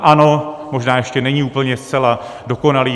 Ano, možná ještě není úplně zcela dokonalý.